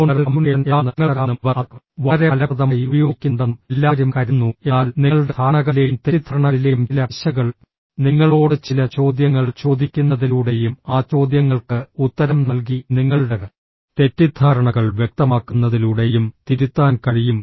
non verbal communication എന്താണെന്ന് തങ്ങൾക്കറിയാമെന്നും അവർ അത് വളരെ ഫലപ്രദമായി ഉപയോഗിക്കുന്നുണ്ടെന്നും എല്ലാവരും കരുതുന്നു എന്നാൽ നിങ്ങളുടെ ധാരണകളിലെയും തെറ്റിദ്ധാരണകളിലെയും ചില പിശകുകൾ നിങ്ങളോട് ചില ചോദ്യങ്ങൾ ചോദിക്കുന്നതിലൂടെയും ആ ചോദ്യങ്ങൾക്ക് ഉത്തരം നൽകി നിങ്ങളുടെ തെറ്റിദ്ധാരണകൾ വ്യക്തമാക്കുന്നതിലൂടെയും തിരുത്താൻ കഴിയും